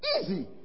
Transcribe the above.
Easy